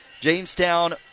Jamestown